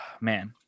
man